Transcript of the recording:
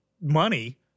money